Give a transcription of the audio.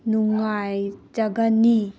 ꯅꯨꯡꯉꯥꯏꯖꯒꯅꯤ